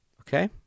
Okay